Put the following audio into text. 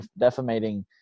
defamating